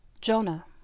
Jonah